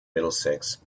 middlesex